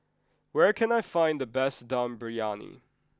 where can I find the best Dum Briyani